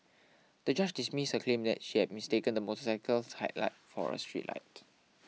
the judge dismissed her claim that she had mistaken the motorcycle's headlight for a street light